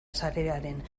sarearen